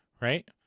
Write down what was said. right